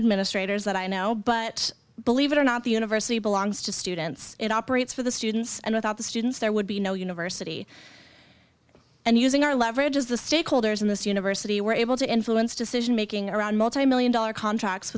administrators that i know but believe it or not the university belongs to students it operates for the students and without the students there would be no university and using our leverage as the stakeholders in this university were able to influence decision making around multi million dollar contracts